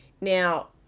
Now